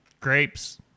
Grapes